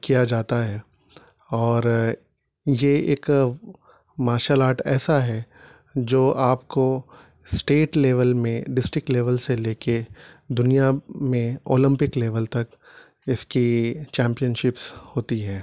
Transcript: کیا جاتا ہے اور یہ ایک مارشل آرٹ ایسا ہے جو آپ کو اسٹیٹ لیول میں ڈسٹک لیول سے لے کے دنیا میں اولمپک لیول تک اس کی چمپیئن شپس ہوتی ہے